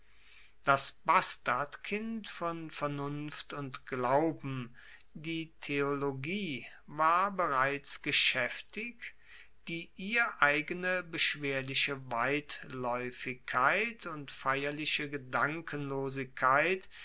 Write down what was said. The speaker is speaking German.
das bastardkind von vernunft und glauben die theologie war bereits geschaeftig die ihr eigene beschwerliche weitlaeufigkeit und feierliche gedankenlosigkeit